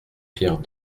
pierre